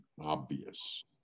obvious